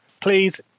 please